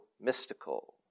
mystical